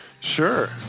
Sure